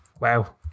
Wow